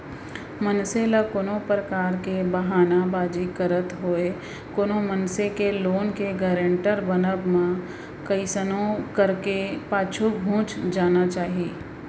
मनसे ल कोनो परकार के बहाना बाजी करत होय कोनो मनसे के लोन के गारेंटर बनब म कइसनो करके पाछू घुंच जाना चाही